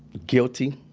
guilty,